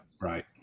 Right